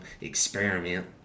experiment